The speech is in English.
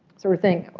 sort of thing.